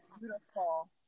beautiful